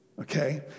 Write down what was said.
Okay